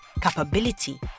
capability